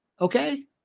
okay